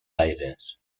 aires